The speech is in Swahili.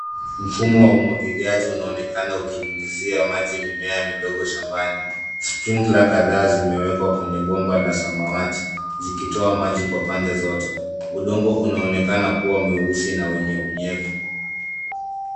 Mfumo wa umwagiliaji unaonekana ukinyunyizia maji mimea midogo shambani. Sprinkler kadhaa zimewekwa kwenye bomba la samawati, zikitoa maji kwa pande zote. Udongo unaonekana kuwa mweusi na wenye unyevu.